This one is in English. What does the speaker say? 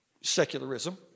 Secularism